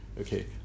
Okay